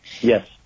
Yes